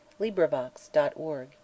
LibriVox.org